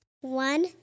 one